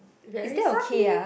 very softly